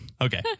Okay